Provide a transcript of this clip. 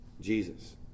Jesus